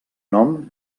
nom